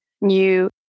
new